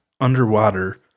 underwater